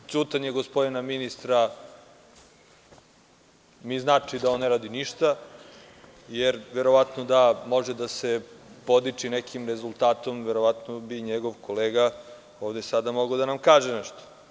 Ćutanje gospodina ministra mi znači da on ne radi ništa, jer verovatno da može da se podiči nekim rezultatom verovatno bih njegov kolege ovde sada mogao da nam kaže nešto.